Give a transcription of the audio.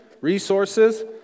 resources